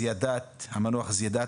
המנוח זיאדאת,